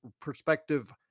perspective